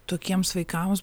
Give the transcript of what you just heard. tokiems vaikams